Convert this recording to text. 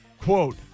quote